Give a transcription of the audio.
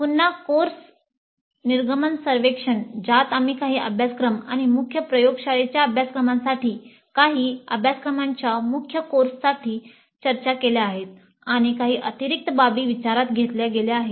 पुन्हा कोर्स निर्गमन सर्वेक्षण ज्यात आम्ही काही अभ्यासक्रम आणि मुख्य प्रयोगशाळेच्या अभ्यासक्रमासाठी काही अभ्यासक्रमांच्या मुख्य कोर्ससाठी चर्चा केल्या आहेत आणि काही अतिरिक्त बाबी विचारात घेतल्या गेल्या आहेत